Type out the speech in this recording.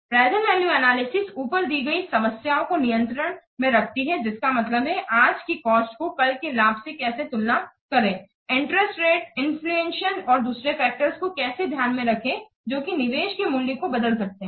इसलिए present value analysis ऊपर दी गई समस्याओं को नियंत्रण में रखती है जिसका मतलब है आज की कोस्ट को कल के लाभ से कैसे तुलना करें इंटरेस्ट रेट्स इन्फ्लेशन और दूसरे फैक्टर्स को कैसे ध्यान में रखें जोकि निवेश के मूल्य को बदल सकते है